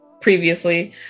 previously